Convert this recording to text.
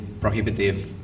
prohibitive